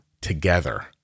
together